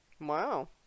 Wow